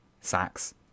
sax